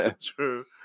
True